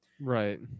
right